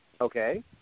Okay